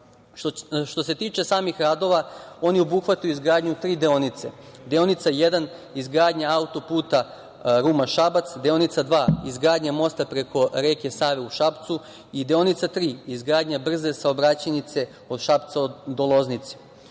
Što se tiče samih radova, oni obuhvataju izgradnju tri deonice – deonica jedan – izgradnja autoputa Ruma-Šabac, deonica dva – izgradnja mosta preko reke Save u Šapcu i deonica tri – izgradnja brze saobraćajnice od Šapca do Loznice. Od